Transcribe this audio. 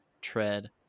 tread